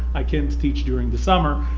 i can't teach during the summer.